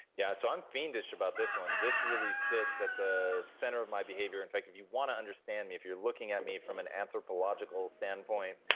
yeah. so i'm fiendish about this one. this really sits at the center of my behavior. in fact, if you want to understand me, if you're looking at me from an anthropological standpoint,